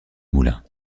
moulin